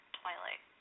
twilight